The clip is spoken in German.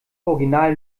original